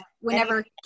Whenever